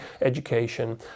education